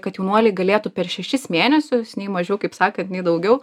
kad jaunuoliai galėtų per šešis mėnesius nei mažiau kaip sakant nei daugiau